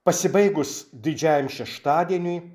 pasibaigus didžiajam šeštadieniui